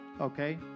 okay